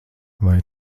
vai